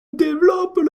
développent